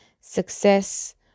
success